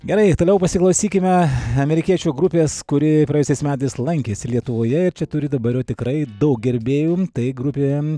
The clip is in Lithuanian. gerai toliau pasiklausykime amerikiečių grupės kuri praėjusiais metais lankėsi lietuvoje ir čia turi dabar jau tikrai daug gerbėjų tai grupė